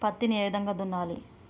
పత్తిని ఏ విధంగా దున్నాలి?